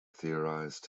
theorized